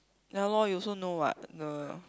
ya lor you also know what the